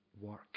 work